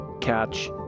catch